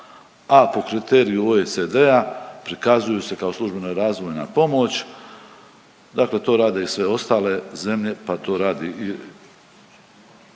a po kriteriju OECD-a prikazuju se kao službena razvojna pomoć. Dakle, to rade i sve ostale zemlje, pa to radi i